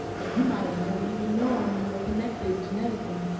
and you might've never even known you were connected, genetically,